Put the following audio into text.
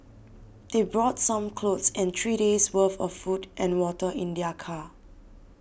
they brought some clothes and three days' worth of food and water in their car